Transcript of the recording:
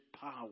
power